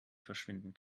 verschwinden